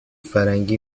فرنگی